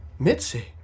Mitzi